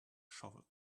shovel